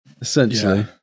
Essentially